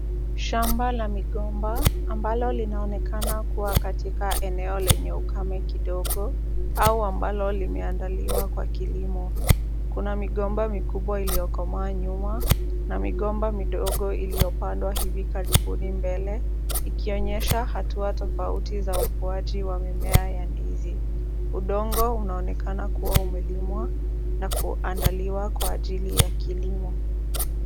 Shamba la migomba ambalo linaonekana kuwa kwenye eneo lenye ukame kidogo au ambalo limeandaliwa kwa kilimo. Kuna migomba mikubwa iliyokomaa nyuma na migomba midogo iliyopandwa hivi karibuni mbele ikionyesha hatua tofauti za ukuaji wa mimea ya ndizi. Udongo unaonekana kuwa umelimwa na kuandaliwa kwa ajili ya kilimo.